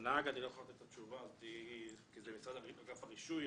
על הנהג אני לא יכול לתת לך תשובה כי זה אגף הרישוי.